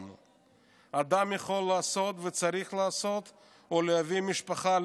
אדם יכול וצריך להקים משפחה,